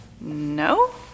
No